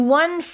one